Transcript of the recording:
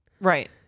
right